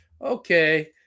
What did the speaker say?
okay